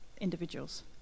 individuals